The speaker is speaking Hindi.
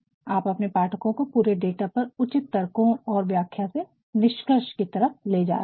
आप अपने पाठकों को पूरे डाटा पर उचित तर्कों और व्याख्या से निष्कर्ष की तरफ ले जा रहे हैं